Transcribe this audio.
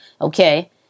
okay